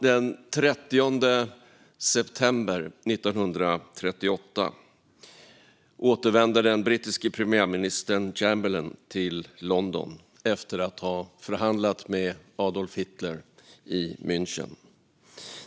Den 30 september 1938 återvände den brittiske premiärministern Chamberlain till London efter att ha förhandlat med Adolf Hitler i München.